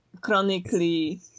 chronically